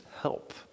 help